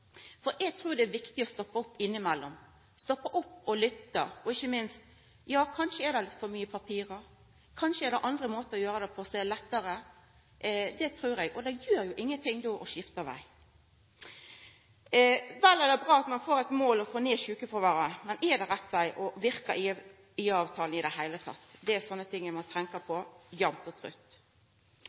Eg trur det er viktig å stoppa opp innimellom, stoppa opp og lytta – og kanskje er det ikkje minst litt for mange papir, kanskje er det andre måtar å gjera dette på som er lettare. Det trur eg. Då gjer det jo ingenting å skifta veg. Det er bra at det er eit mål å få ned sjukefråværet. Men er det rett veg, og verkar IA-avtalen i det heile? Det sånne ting ein må tenkja på jamt og